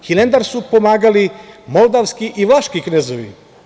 Hilandar su pomagali moldavski i vlaški knezovi.